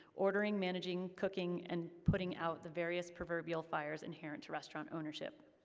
ordering, managing, cooking, and putting out the various proverbial fires inherent to restaurant ownership.